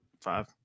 five